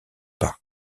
pas